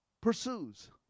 pursues